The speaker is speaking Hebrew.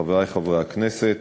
חברי, חברי הכנסת,